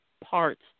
parts